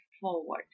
forward